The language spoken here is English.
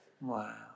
wow